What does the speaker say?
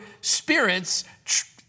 spirits